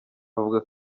avuga